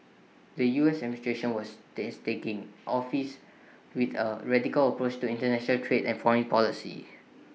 the U S administration was dace taking office with A radical approach to International trade and foreign policy